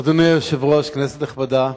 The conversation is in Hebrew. אדוני היושב-ראש, כנסת נכבדה,